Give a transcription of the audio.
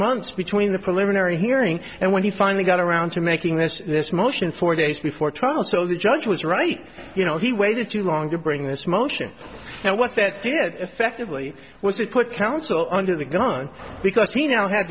months between the preliminary hearing and when he finally got around to making this this motion four days before trial so the judge was right you know he waited too long to bring this motion and what that did affectively was it put counsel under the gun because he now